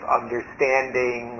understanding